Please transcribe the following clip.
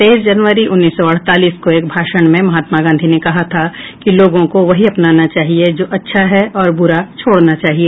तेईस जनवरी उन्नीस सौ अड़तालीस को एक भाषण में महात्मा गांधी ने कहा था कि लोगों को वही अपनाना चाहिए जो अच्छा है और बुरा छोड़ना चाहिए